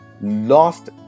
lost